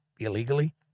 Illegally